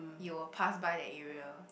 you will pass by that area